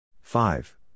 five